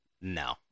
no